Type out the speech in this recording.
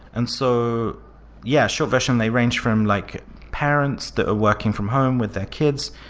and so yeah, short version, they range from like parents that are working from home with their kids,